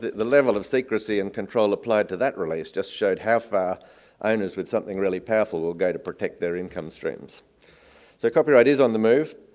the the level of secrecy and control applied to that release just showed how far owners with something really powerful will go to protect their income streams. so copyright is on the move,